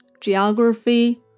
geography